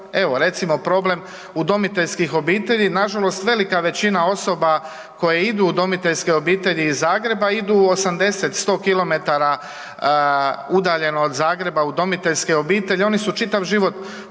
evo recimo problem udomiteljskih obitelji, nažalost velika većina osoba koje idu u udomiteljske obitelji iz Zagreba idu 80, 100 km udaljeno od Zagreba u udomiteljske obitelji, oni su čitav život proveli